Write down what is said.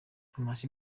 amashyi